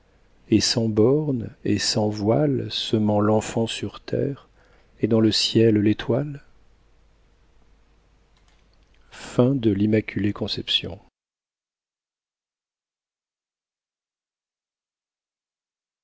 et sans borne et sans voile semant l'enfant sur terre et dans le ciel l'étoile